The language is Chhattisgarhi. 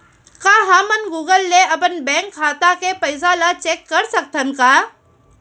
का हमन गूगल ले अपन बैंक खाता के पइसा ला चेक कर सकथन का?